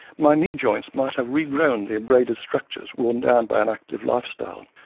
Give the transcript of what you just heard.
my knee joints might have regrown the abraded structures worn down by an active life style.